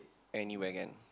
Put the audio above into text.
anywhere can